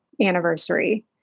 anniversary